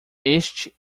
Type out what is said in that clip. este